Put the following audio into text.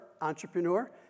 entrepreneur